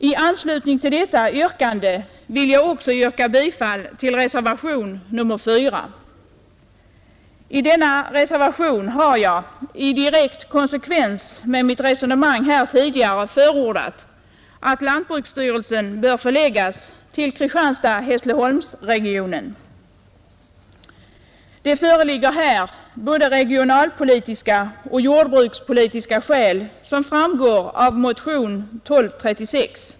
I anslutning till detta yrkande vill jag också yrka bifall till reservationen 4, I denna reservation har jag i direkt konsekvens med mitt resonemang här tidigare förordat, att lantbruksstyrelsen förlägges till Kristianstad—Hässleholmsregionen. Det föreligger här både regionalpolitiska och jordbrukspolitiska skäl som framgår av motion 1236.